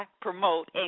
promote